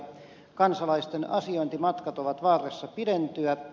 kansalaisten asiointimatkat ovat vaarassa pidentyä